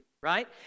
right